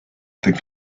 think